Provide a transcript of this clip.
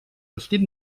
vestit